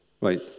Right